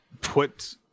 put